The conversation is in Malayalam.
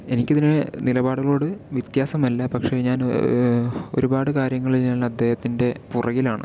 എനിക്കിതിനെ നിലപാടുകളോട് വ്യത്യാസമല്ല പക്ഷെ ഞാൻ ഒരുപാട് കാര്യങ്ങള് ചെയ്യാനൊള്ള അദ്ദേഹത്തിൻ്റെ പിറകിലാണ്